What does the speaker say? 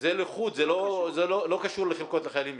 זה לא קשור לחלקות לחיילים משוחררים,